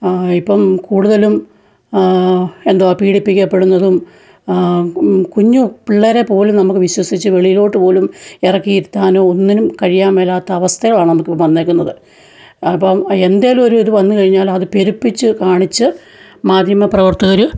ഇപ്പോള് കൂടുതലും എന്തുവാ പീഡിപ്പിക്കപ്പെടുന്നതും കുഞ്ഞു പിള്ളേരെപ്പോലും നമുക്ക് വിശ്വസിച്ച് വെളിയിലോട്ട് പോലും ഇറക്കി ഇരുത്താനോ ഒന്നിനും കഴിയാന്മേലാത്ത അവസ്ഥകളാണ് നമക്കിപ്പോള് വന്നേക്കുന്നത് അപ്പോള് എന്തേലുമൊരു ഇത് വന്നുകഴിഞ്ഞാലത് പെരുപ്പിച്ചുകാണിച്ച് മാധ്യമ പ്രവർത്തകര്